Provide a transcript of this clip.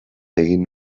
egin